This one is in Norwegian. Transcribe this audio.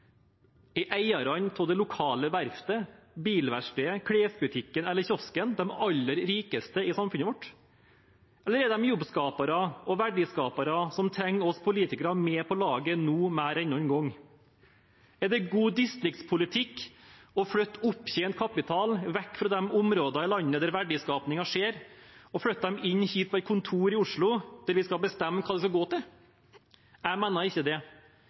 Er eierne av det lokale verftet, bilverkstedet, klesbutikken eller kiosken de aller rikeste i samfunnet vårt? Eller er de jobbskapere og verdiskapere som trenger oss politikere med på laget nå mer enn noen gang? Er det god distriktspolitikk å flytte opptjent kapital vekk fra de områdene i landet der verdiskapingen skjer, og inn på et kontor i Oslo, der man skal bestemme hva det skal gå til? Jeg mener ikke det.